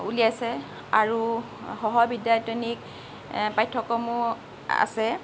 ওলিয়াইছে আৰু সহবিদ্যায়তনিক পাঠ্যক্ৰমো আছে